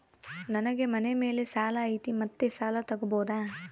ನನಗೆ ಮನೆ ಮೇಲೆ ಸಾಲ ಐತಿ ಮತ್ತೆ ಸಾಲ ತಗಬೋದ?